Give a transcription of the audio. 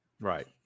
Right